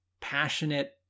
passionate